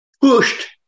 pushed